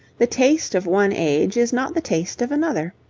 the taste of one age is not the taste of another.